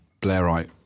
Blairite